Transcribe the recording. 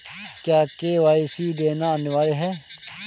क्या के.वाई.सी देना अनिवार्य है?